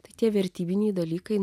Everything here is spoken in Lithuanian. tai tie vertybiniai dalykai